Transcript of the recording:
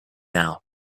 now